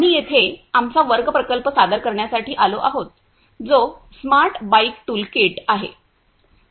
आम्ही येथे आमचा वर्ग प्रकल्प सादर करण्यासाठी आलो आहोत जो स्मार्ट बाईक टूलकिट आहे